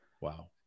wow